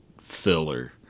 filler